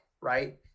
right